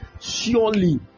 surely